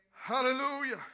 Hallelujah